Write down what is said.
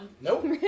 Nope